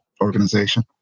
organization